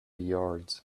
yards